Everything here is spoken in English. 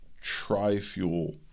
tri-fuel